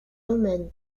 emmène